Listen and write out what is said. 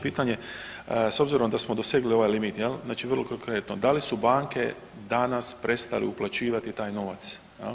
Pitanje s obzirom da smo dosegli ovaj limit, znači vrlo konkretno da li su banke danas prestale uplaćivati taj novac?